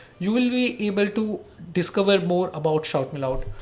you will be able to discover more about shoutmeloud.